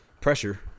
pressure